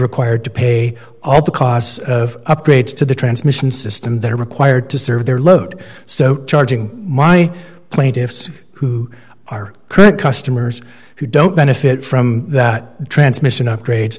required to pay all the costs of upgrades to the transmission system that are required to serve their load so charging my plaintiffs who are current customers who don't benefit from that transmission upgrades